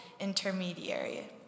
intermediary